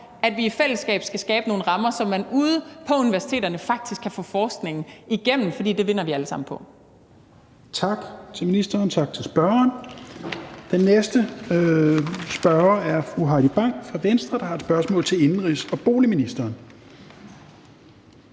at vi i fællesskab skal skabe nogle rammer, så man ude på universiteterne faktisk kan få forskningen igennem, for det vinder vi alle sammen på. Kl. 16:19 Tredje næstformand (Rasmus Helveg Petersen): Tak til ministeren, og tak til spørgeren. Den næste spørger er fru Heidi Bank fra Venstre med et spørgsmål til indenrigs- og boligministeren.